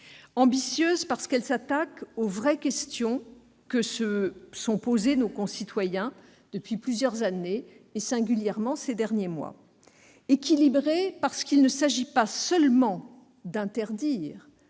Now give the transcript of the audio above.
ambitieuses, parce qu'elles s'attaquent aux vraies questions que se posent nos concitoyens depuis plusieurs années et singulièrement au cours des derniers mois